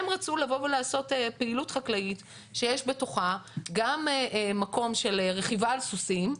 הם רצו לבוא ולעשות פעילות חקלאית שיש בתוכה גם מקום של רכיבה על סוסים,